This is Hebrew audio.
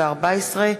תודה.